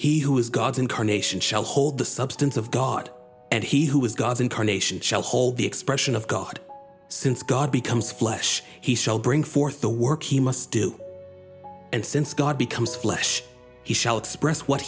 he who is god's incarnation shall hold the substance of god and he who is god's incarnation shall hold the expression of god since god becomes flesh he shall bring forth the work he must do and since god becomes flesh